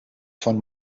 von